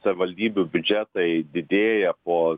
savivaldybių biudžetai didėja po